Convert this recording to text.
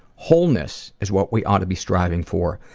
wholeness is what we ought to be striving for,